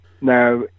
Now